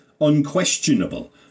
unquestionable